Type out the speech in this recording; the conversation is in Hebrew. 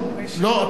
לא, אתה לא רשום.